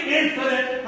infinite